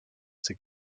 ses